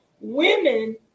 women